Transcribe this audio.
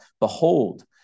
Behold